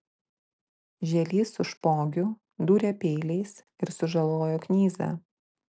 žielys su špogiu dūrė peiliais ir sužalojo knyzą